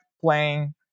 playing